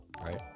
right